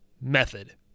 method